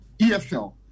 EFL